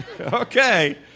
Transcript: Okay